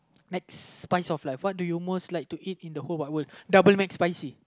next spice of like what do you most like to eat in the whole wide world double Mcsspicy